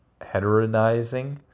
heteronizing